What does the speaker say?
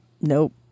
nope